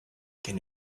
can